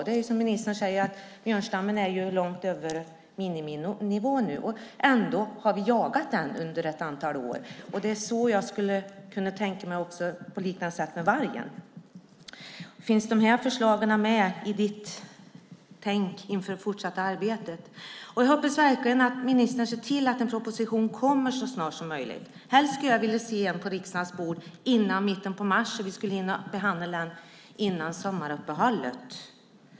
Det är som ministern säger att björnstammen är långt över miniminivån nu, och ändå har vi jagat björn under ett antal år. Det är på liknande sätt jag skulle kunna tänka mig att vi gör när det gäller vargen. Finns de förslagen med i ditt tänk inför det fortsatta arbetet? Jag hoppas verkligen att ministern ser till att en proposition kommer så snart som möjligt. Helst skulle jag vilja se en på riksdagens bord innan mitten av mars så att vi skulle hinna behandla den före sommaruppehållet.